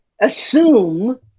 assume